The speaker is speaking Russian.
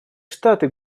штаты